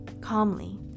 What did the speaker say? Calmly